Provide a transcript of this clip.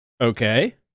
Okay